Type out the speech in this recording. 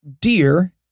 Dear